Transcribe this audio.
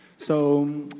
so,